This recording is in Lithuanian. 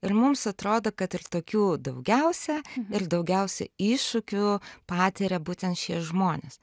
ir mums atrodo kad ir tokių daugiausia ir daugiausia iššūkių patiria būtent šie žmonės